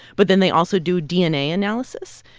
but then they also do dna analysis.